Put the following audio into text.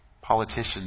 Politicians